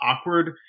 awkward